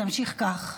תמשיך כך.